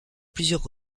plusieurs